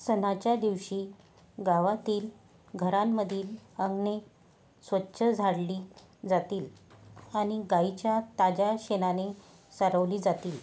सणाच्या दिवशी गावातील घरांमधील अंगणे स्वच्छ झाडली जातील आणि गाईच्या ताज्या शेणाने सारवली जातील